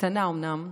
אומנם קטנה,